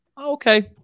okay